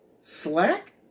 slack